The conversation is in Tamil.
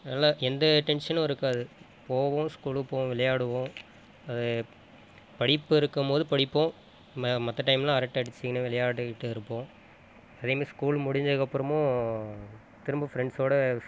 அதனால் எந்த டென்ஷனும் இருக்காது போவோம் ஸ்கூலுக்குப் போவோம் விளையாடுவோம் அது படிப்பு இருக்கும்போது படிப்போம் ம மற்ற டைமெலாம் அரட்டை அடிச்சிக்கின்னு விளையாடிட்டுருப்போம் அதே மாதிரி ஸ்கூல் முடிஞ்சதுக்கு அப்புறமும் திரும்ப ஃபிரண்ட்ஸோடு